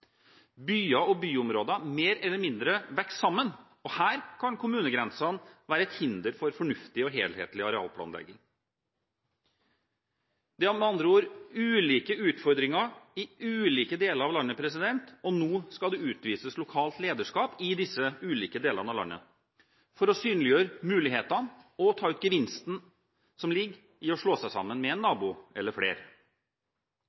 Byer og byområder mer eller mindre vokser sammen, og her kan kommunegrensene være et hinder for fornuftig og helhetlig arealplanlegging. Det er med andre ord ulike utfordringer i ulike deler av landet. Nå skal det utvises lokalt lederskap i disse ulike delene av landet for å synliggjøre mulighetene og ta ut gevinsten som ligger i å slå seg sammen med en